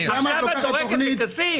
עכשיו את זורקת לכסיף.